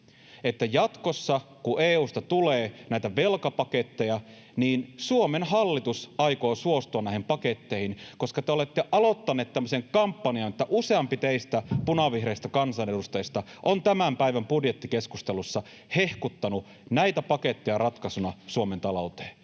jatkossa, kun EU:sta tulee näitä velkapaketteja, Suomen hallitus aikoo suostua näihin paketteihin, koska te olette aloittaneet tämmöisen kampanjan, että useampi teistä punavihreistä kansanedustajista on tämän päivän budjettikeskustelussa hehkuttanut näitä paketteja ratkaisuna Suomen talouteen?